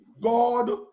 God